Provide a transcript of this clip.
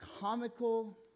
comical